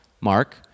Mark